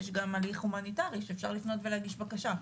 יש גם הליך הומניטארי שאפשר לפנות ולהגיש בקשה.